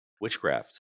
witchcraft